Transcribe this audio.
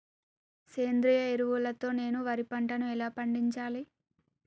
సేంద్రీయ ఎరువుల తో నేను వరి పంటను ఎలా పండించాలి?